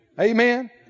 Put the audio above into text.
Amen